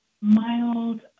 mild